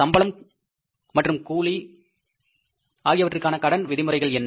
சம்பளம் மற்றும் கூலி ஆகியவற்றுக்கான கடன் விதிமுறைகள் என்ன